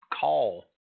call